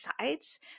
sides